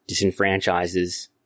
disenfranchises